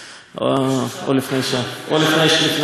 או לפני שעה, משהו כזה.